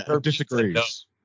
disagrees